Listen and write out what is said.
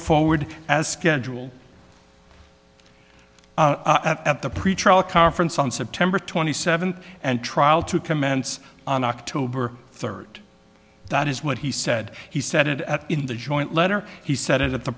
forward as scheduled at the pretrial conference on september twenty seventh and trial to commence on october third that is what he said he said it at in the joint letter he said at the